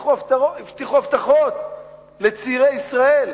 והבטיחו הבטחות לצעירי ישראל,